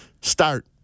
start